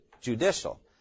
judicial